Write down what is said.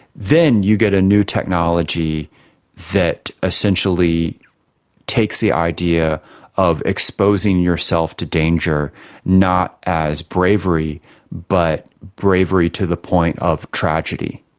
then you get a new technology that essentially takes the idea of exposing yourself to danger not as bravery but bravery to the point of tragedy,